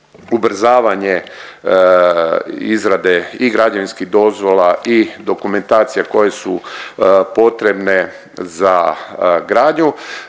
ubrzavanje izrade i građevinskih dozvola i dokumentacija koje su potrebne za gradnju